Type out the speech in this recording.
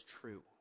true